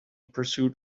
pursuit